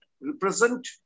represent